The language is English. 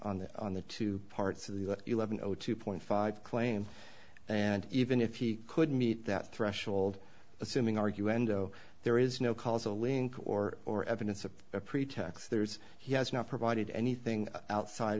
on the on the two parts of the eleven o two point five claim and even if he could meet that threshold assuming argue endo there is no causal link or or evidence of a pretext there's he has not provided anything outside